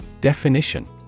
Definition